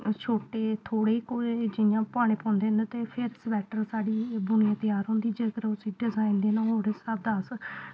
छोटे थोह्ड़े घुरे जियां पाने पौंदे न ते फिर स्वैट्टर साढ़ी बुनियै त्यार होंदी जेकर ओह् सिद्धा ते अस